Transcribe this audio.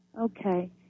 Okay